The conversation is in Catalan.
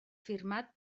firmat